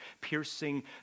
piercing